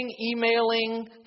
emailing